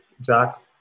Jack